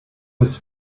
this